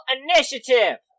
initiative